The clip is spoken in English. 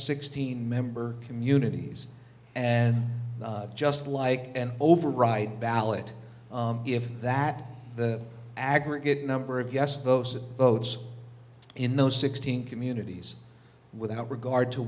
sixteen member communities and just like an override ballot if that the aggregate number of yes those votes in those sixteen communities without regard to